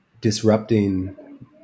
disrupting